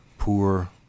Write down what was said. poor